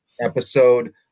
episode